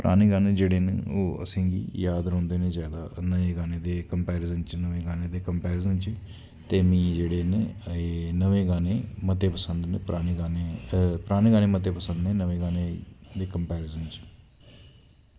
परानें गानें न जेह्ड़े ओह् असेंगी जाद रौंह्दे न जादा नमें गानें दे कंपैरिज़न च नमें गानें दे कंपैरिज़न ट ते मिगी जेह्ड़े न नमें गानें मते पसंद न परानें गानें मते पसंद न नमें गानें दे कंपैरिज़न च